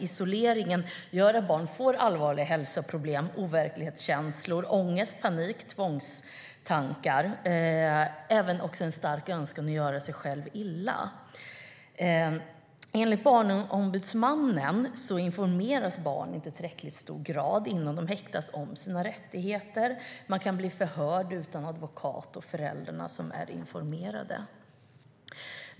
Isoleringen gör att barn får allvarliga hälsoproblem, overklighetskänslor, ångest, panik, tvångstankar och även en stark önskan att göra sig själva illa. Enligt Barnombudsmannen informeras inte barn i tillräckligt hög grad innan de häktas om sina rättigheter. De kan bli förhörda utan advokat och utan att föräldrarna är informerade.